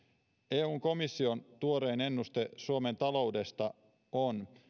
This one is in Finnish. eun komission tuorein ennuste suomen taloudesta on